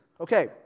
Okay